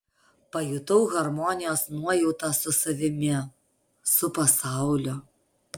pajutau harmonijos nuojautą su savimi su pasauliu